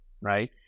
right